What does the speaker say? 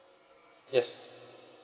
yes